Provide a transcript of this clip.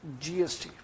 GST